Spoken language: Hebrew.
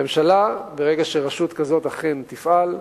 הממשלה, ברגע שרשות כזאת אכן תפעל,